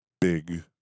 big